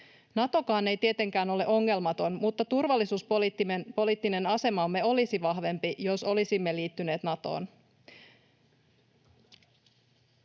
Natokaan ei tietenkään ole ongelmaton, mutta turvallisuuspoliittinen asemamme olisi vahvempi, jos olisimme liittyneet Natoon,